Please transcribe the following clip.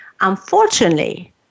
Unfortunately